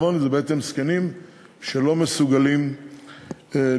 העוני הם בעצם זקנים שלא מסוגלים לחיות